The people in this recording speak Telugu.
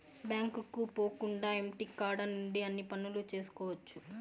బ్యాంకుకు పోకుండా ఇంటికాడ నుండి అన్ని పనులు చేసుకోవచ్చు